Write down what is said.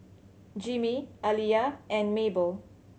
Jimmie Aliya and Mabel